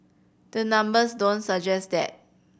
the numbers don't suggest that